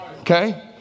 okay